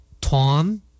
Tom